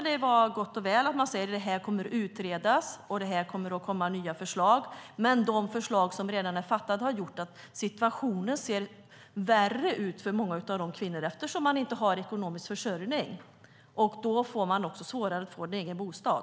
Det är gott och väl att man säger att frågan kommer att utredas och att det kommer nya förslag, men de beslut som redan är fattade har gjort att situationen är värre för många av dessa kvinnor eftersom de inte har en ekonomisk försörjning. Därmed har de också svårare att få en egen bostad.